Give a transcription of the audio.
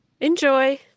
Enjoy